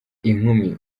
inkumi